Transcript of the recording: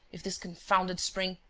if this confounded spring.